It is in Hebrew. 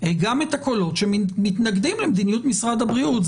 גם את הקולות שמתנגדים למדיניות משרד הבריאות.